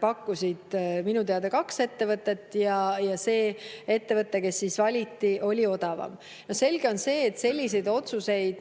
pakkusid minu teada kaks ettevõtet, ja see ettevõte, kes valiti, oli odavam. Selge on see, et selliseid otsuseid meie